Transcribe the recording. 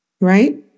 right